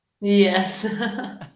yes